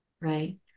right